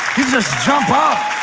you just jump up.